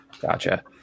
Gotcha